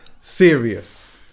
serious